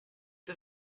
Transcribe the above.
the